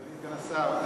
אדוני סגן השר,